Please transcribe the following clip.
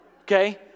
okay